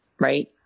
right